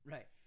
Right